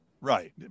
Right